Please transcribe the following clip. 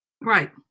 Right